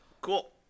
Cool